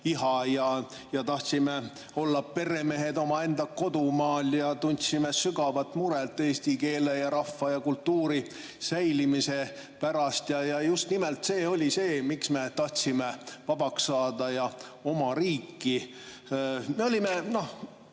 ja tahtsime olla peremehed omaenda kodumaal ja tundsime sügavat muret eesti keele, rahva ja kultuuri säilimise pärast. Just nimelt see oli see, miks me tahtsime vabaks saada ja oma riiki. Me olime – noh,